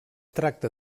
tracta